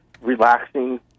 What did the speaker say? relaxing